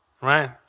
Right